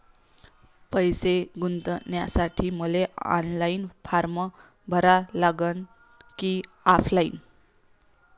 पैसे गुंतन्यासाठी मले ऑनलाईन फारम भरा लागन की ऑफलाईन?